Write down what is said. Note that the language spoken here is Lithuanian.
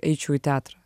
eičiau į teatrą